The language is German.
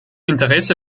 interesse